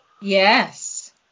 Yes